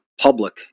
public